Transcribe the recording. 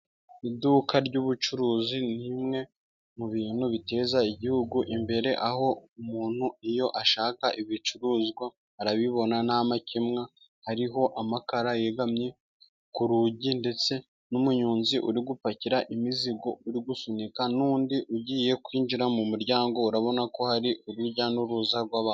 Iduka ry'ubucuruzi ni imwe mu bintu biteza igihugu imbere, aho umuntu iyo ashaka ibicuruzwa arabibona nta makemwa. Hariho amakara yegamye ku rugi ndetse n'umunyonzi uri gupakira imizigo, uri gusunika, n'undi ugiye kwinjira mu muryango. Urabona ko hari urujya n'uruza rw'abantu.